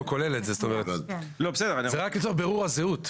הוא לא כולל את זה, זה רק לצורך בירור הזהות.